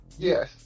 Yes